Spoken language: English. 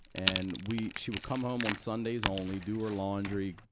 and we she would come home on sundays only, do her laundry,